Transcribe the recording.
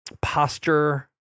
posture